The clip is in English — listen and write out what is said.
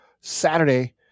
saturday